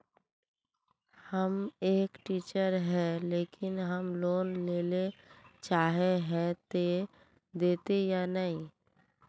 हम एक टीचर है लेकिन हम लोन लेले चाहे है ते देते या नय?